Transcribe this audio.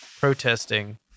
protesting